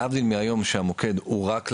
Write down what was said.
להבדיל מהיום שהמוקד הוא רק לעירוני,